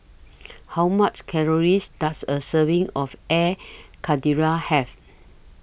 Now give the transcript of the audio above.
How much Calories Does A Serving of Air Karthira Have